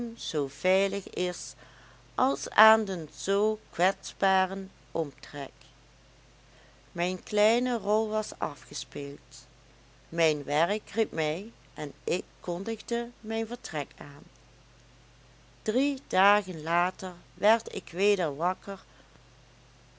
zoo veilig is als aan den zoo kwetsbaren omtrek mijn kleine rol was afgespeeld mijn werk riep mij en ik kondigde mijn vertrek aan drie dagen later werd ik weder wakker